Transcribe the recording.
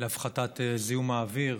להפחתת זיהום האוויר,